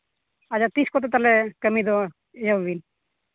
ᱟᱪᱪᱷᱟ ᱛᱤᱥ ᱠᱚᱛᱮ ᱛᱟᱦᱚᱞᱮ ᱠᱟᱹᱢᱤ ᱫᱚ ᱮᱦᱚᱵᱟᱹᱵᱤᱱ